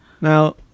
Now